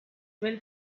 will